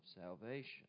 salvation